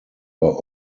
are